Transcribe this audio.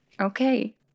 Okay